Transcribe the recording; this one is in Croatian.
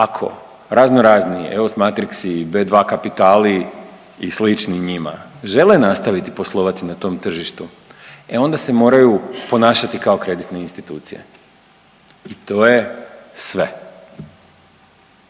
ako razno razni EOS Matrixi i B2 Kapitali i slični njima žele nastaviti poslovati na tom tržištu, e onda se moraju ponašati kao kreditne institucije. I to je sve.